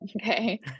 okay